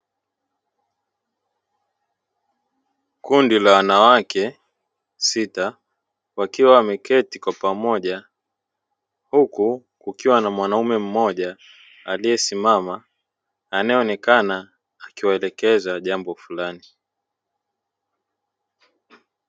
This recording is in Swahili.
Kundi la wanawake sita, wakiwa wameketi kwa pamoja huku kukiwa na mwanaume mmoja aliyesimama anayeonekana akiwaelekeza jambo fulani.